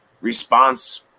response